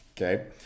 okay